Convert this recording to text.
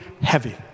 heavy